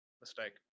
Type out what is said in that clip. mistake